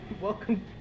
welcome